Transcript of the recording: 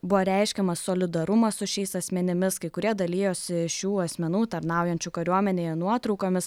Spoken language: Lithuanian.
buvo reiškiamas solidarumas su šiais asmenimis kai kurie dalijosi šių asmenų tarnaujančių kariuomenėje nuotraukomis